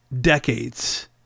decades